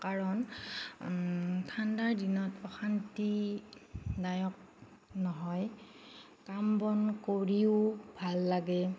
কাৰণ ঠাণ্ডাৰ দিনত অশান্তিদায়ক নহয় কাম বন কৰিও ভাল লাগে